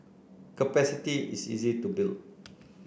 capacity is easy to build